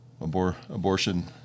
abortion